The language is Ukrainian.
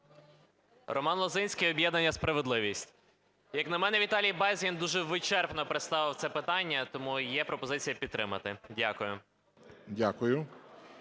Роман Лозинський, об'єднання "Справедливість". Як на мене, Віталій Безгін дуже вичерпно представив це питання, тому є пропозиція підтримати. Дякую.